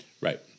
Right